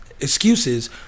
excuses